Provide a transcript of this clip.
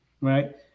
right